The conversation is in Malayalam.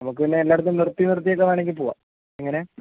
നമുക്ക് പിന്നെ എല്ലായിടത്തും നിർത്തി നിർത്തി വേണമെങ്കിൽ പോവാം എങ്ങനെ